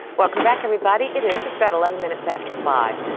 welcome back everybody it is just about eleven minutes after five.